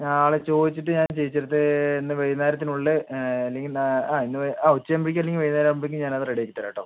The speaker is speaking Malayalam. നാളെ ചോദിച്ചിട്ട് ഞാൻ ചേച്ചീയുടെ അടുത്ത് ഇന്ന് വൈകുന്നേരത്തിന് ഉളളില് അല്ലെങ്കിൽ ആ ഇന്ന് ആ ഉച്ച ആകുമ്പോഴേക്കും അല്ലെങ്കിൽ വൈകുന്നേരം ആകുമ്പോഴേക്കും ഞാൻ അത് റെഡി ആക്കി താരാം കേട്ടോ